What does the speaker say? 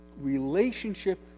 relationship